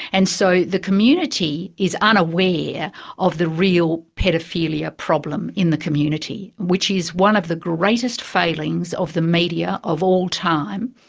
and so the community is unaware yeah of the real paedophilia problem in the community, which is one of the greatest failings of the media of all time.